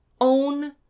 Own